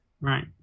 Right